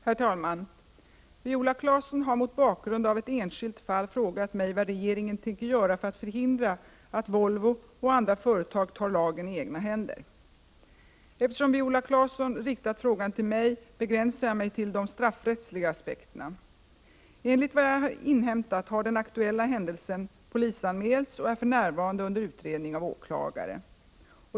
Herr talman! Viola Claesson har mot bakgrund av ett enskilt fall frågat mig vad regeringen tänker göra för att förhindra att Volvo och andra företag tar lagen i egna händer. Eftersom Viola Claesson riktat frågan till mig begränsar jag mig till de straffrättsliga aspekterna. Enligt vad jag inhämtat har den aktuella händelsen polisanmälts och är för närvarande under utredning av åklagare.